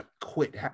quit